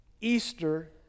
Easter